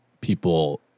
people